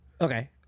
Okay